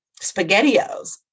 spaghettios